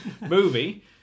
movie